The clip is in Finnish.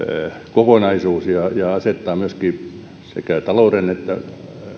kokonaisuus ja ja asettaa myöskin sekä taloudelliselle että